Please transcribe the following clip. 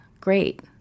great